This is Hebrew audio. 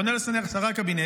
אני פונה לשרי הקבינט,